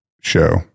show